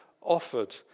offered